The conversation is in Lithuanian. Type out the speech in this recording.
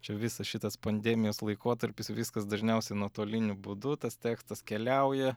čia visas šitas pandemijos laikotarpis viskas dažniausiai nuotoliniu būdu tas tekstas keliauja